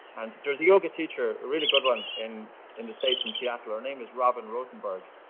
and there's a yoga teacher, a really good one, in in the states, in seattle. her name is robin rothenberg,